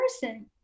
person